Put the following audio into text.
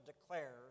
declares